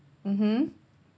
mmhmm